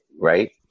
right